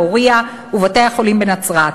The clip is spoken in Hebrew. בפורייה ובבתי-החולים בנצרת.